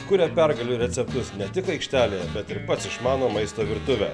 kuria pergalių receptus ne tik aikštelėje bet ir pats išmano maisto virtuvę